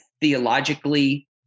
theologically